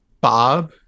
Bob